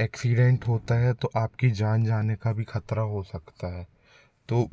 accident होता है तो आपकी जान जाने का भी खतरा हो सकता है तो